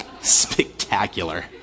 spectacular